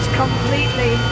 completely